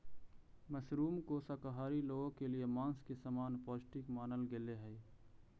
mushroom को शाकाहारी लोगों के लिए मांस के समान पौष्टिक मानल गेलई हे